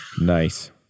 Nice